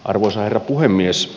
arvoisa herra puhemies